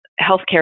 healthcare